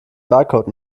barcode